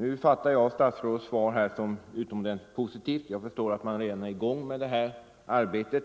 Nu fattar jag statsrådets svar som utomordentligt positivt; jag förstår att man redan är i gång med det här arbetet.